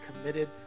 committed